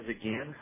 again